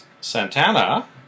Santana